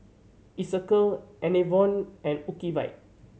Isocal Enervon and Ocuvite